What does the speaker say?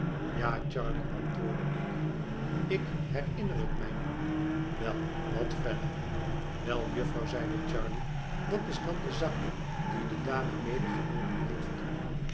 ja charley antwoordde ik ik herinner het mij nu wel wat verder wel jufvrouw zeide charley dat is dan de zakdoek dien de dame medegenomen heeft